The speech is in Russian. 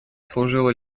служила